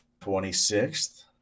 26th